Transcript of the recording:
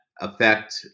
affect